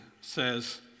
says